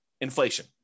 Inflation